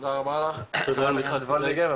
תודה רבה לך מיכל וולדיגר.